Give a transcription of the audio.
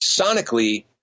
sonically